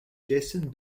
jason